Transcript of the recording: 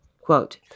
Quote